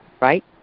Right